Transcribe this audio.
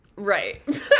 Right